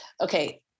okay